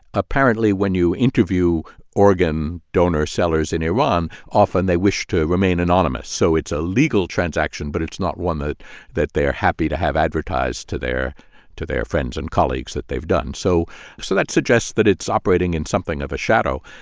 apparently, when you interview organ donor sellers in iran, often they wish to remain anonymous. so it's a legal transaction, but it's not one that that they are happy to have advertised to their to their friends and colleagues that they've done. so so that suggests that it's operating in something of a shadow.